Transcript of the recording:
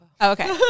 okay